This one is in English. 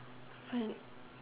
when